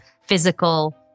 physical